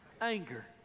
anger